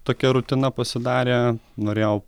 tokia rutina pasidarė norėjau